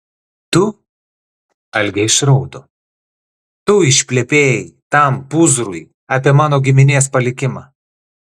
tu algė išraudo tu išplepėjai tam pūzrui apie mano giminės palikimą